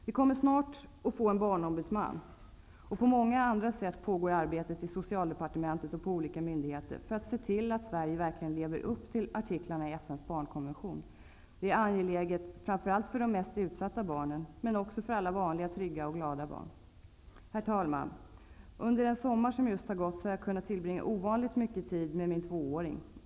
Vi kommer snart att få en barnombudsman. På många olika sätt pågår nu ett arbete i socialdepartement och olika myndigheter för att se till att Sverige verkligen skall leva upp till artiklarna i FN:s barnkonvention. Detta är angeläget framför allt för de mest utsatta barnen men också för alla vanliga, trygga och glada barn. Herr talman! Under sommaruppehållet har jag kunnat tillbringa ovanligt mycket tid med min tvååring.